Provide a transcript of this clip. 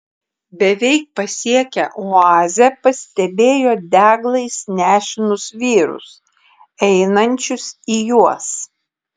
beveik pasiekę oazę pastebėjo deglais nešinus vyrus einančius į juos